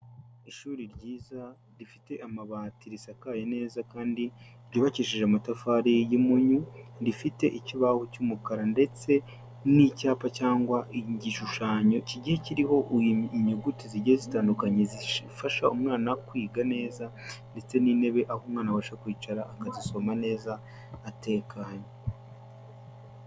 Ishuri ryiza, rifite amabati, risakaye neza kandi ryubakishije amatafari y'impunyu, rifite ikibaho cy'umukara ndetse n'icyapa cyangwa igishushanyo kigiye kiriho inyuguti zigiye zitandukanye zifasha umwana kwiga neza ndetse n'intebe, aho umwana abasha kwicara, akazisoma neza, atekanye.